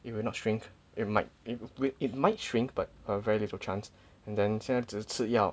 it will not shrink it might wait it might shrink but a very little chance then 现在只是吃药